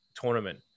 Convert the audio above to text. tournament